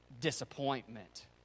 disappointment